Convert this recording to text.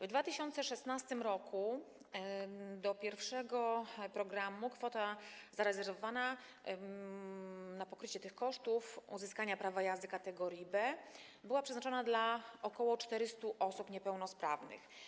W 2016 r. w przypadku pierwszego programu kwota zarezerwowana na pokrycie tych kosztów uzyskania prawa jazdy kategorii B była przeznaczona dla ok. 400 osób niepełnosprawnych.